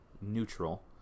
neutral